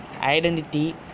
identity